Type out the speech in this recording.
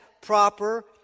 proper